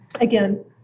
again